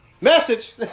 Message